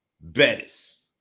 Bettis